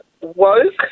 woke